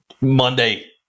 Monday